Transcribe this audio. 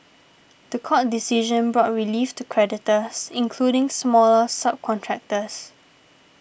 the court decision brought relief to creditors including smaller subcontractors